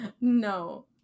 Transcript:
No